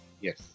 Yes